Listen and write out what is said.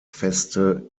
feste